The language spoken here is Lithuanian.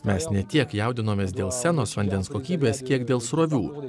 mes ne tiek jaudinomės dėl senos vandens kokybės kiek dėl srovių